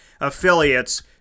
affiliates